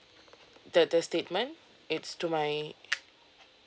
the the statement it's to my